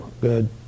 good